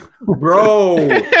Bro